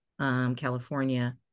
California